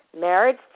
Marriage